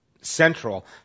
central